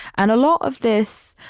and a lot of this,